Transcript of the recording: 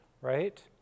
right